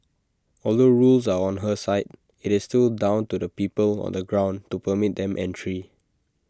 although rules are on her side IT is still down to the people on the ground to permit them entry